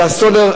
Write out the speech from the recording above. זה הסולר,